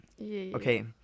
okay